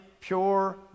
Pure